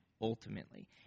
ultimately